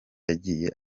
yagiye